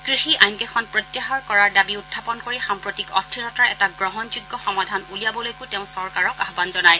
কৃষি আইনকেইখন প্ৰত্যাহাৰ কৰাৰ দাবী উখাপন কৰি সাম্প্ৰতিক অস্থিৰতাৰ এটা গ্ৰহণযোগ্য সমাধান উলিয়াবলৈকো তেওঁ চৰকাৰক আহান জনায়